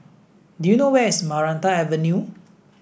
do you know where is Maranta Avenue